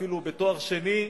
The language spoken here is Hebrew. אפילו בתואר שני,